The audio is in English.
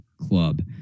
club